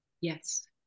Yes